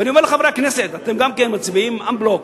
ואני אומר לחברי הכנסת, אתם גם מצביעים en bloc.